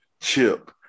chip